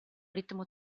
ritmo